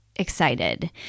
Excited